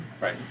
Right